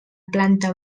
planta